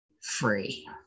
free